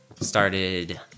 started